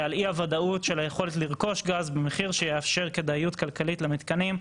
ועל אי-הוודאות של היכולת לרכוש גז במחיר שיאפשר כדאיות כלכלית למתקנים,